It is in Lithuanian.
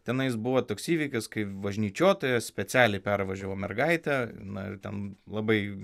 tenais buvo toks įvykis kai važnyčiotojas specialiai pervažiavo mergaitę na ir ten labai